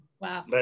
Wow